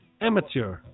Amateur